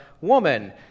woman